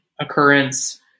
occurrence